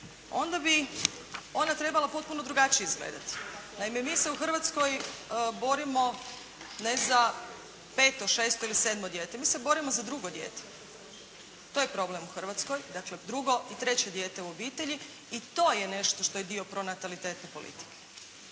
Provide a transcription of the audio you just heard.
onda bi ona trebala potpuno drugačije izgledati. Naime, mi se u Hrvatskoj borimo ne za peto, šesto ili sedmo dijete. Mi se borimo za drugo dijete. To je problem u Hrvatskoj. Dakle, drugo i treće dijete u obitelji i to je nešto što je dio pronatalitetne politike.